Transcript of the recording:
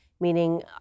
meaning